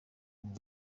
ubu